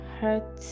hurt